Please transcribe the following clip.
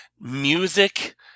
music